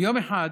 יום אחד